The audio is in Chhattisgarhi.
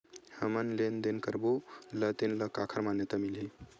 हमन लेन देन करबो त तेन ल काखर मान्यता मिलही?